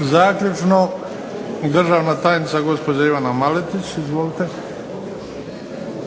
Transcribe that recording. zaključno, državna tajnica gospođa Ivana Maletić. Izvolite.